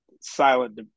silent